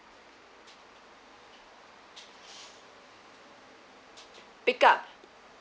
pick up